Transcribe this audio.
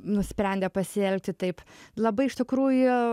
nusprendė pasielgti taip labai iš tikrųjų